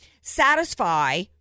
satisfy